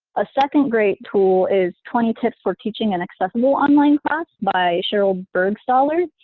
a second great tool is twenty tips for teaching an accessible online class by sheryl burgstahler,